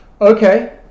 Okay